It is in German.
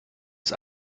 ist